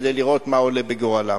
כדי לראות מה עולה בגורלם.